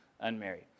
unmarried